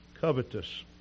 covetous